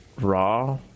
raw